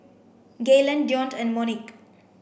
Gaylon Deonte and Monique